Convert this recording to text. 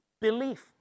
belief